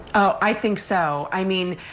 i think so. i mean,